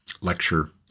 lecture